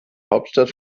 hauptstadt